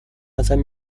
ازم